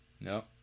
No